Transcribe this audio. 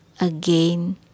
again